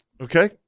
Okay